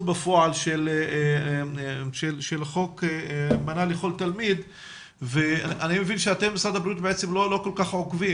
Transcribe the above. בפועל של חוק מנה לכל תלמיד ואני מבין שמשרד הבריאות לא כל כך עוקב,